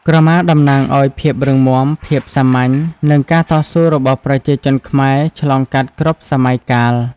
ក្រមាតំណាងឱ្យភាពរឹងមាំ ភាពសាមញ្ញ និងការតស៊ូរបស់ប្រជាជនខ្មែរ ឆ្លងកាត់គ្រប់សម័យកាល។